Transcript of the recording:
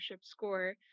score